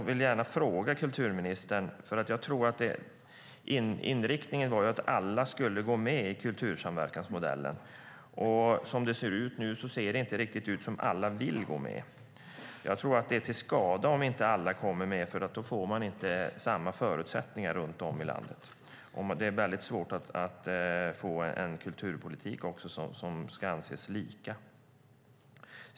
Inriktningen var ju att alla skulle gå med i kultursamverkansmodellen. Nu ser det inte riktigt ut som om alla vill gå med. Jag tror att det är till skada om inte alla går med, för då får man inte samma förutsättningar runt om i landet. Det blir också mycket svårt att få en kulturpolitik som ska anses lika.